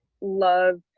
love